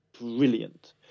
Brilliant